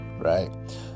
right